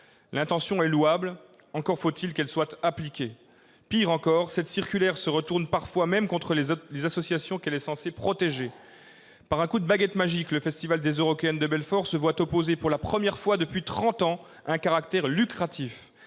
L'intention est louable, encore faut-il qu'elle soit appliquée ! Pis, cette circulaire se retourne parfois contre les associations qu'elle est censée protéger. Par un coup de baguette magique, le festival des Eurockéennes de Belfort se voit opposer pour la première fois depuis trente ans un caractère « lucratif